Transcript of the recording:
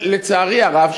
לצערי הרב,